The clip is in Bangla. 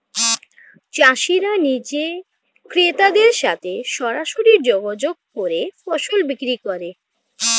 চাষিরা নিজে ক্রেতাদের সাথে সরাসরি যোগাযোগ করে ফসল বিক্রি করে